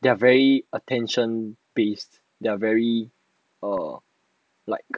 they are very attention based they are very err like